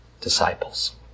disciples